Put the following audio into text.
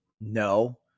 No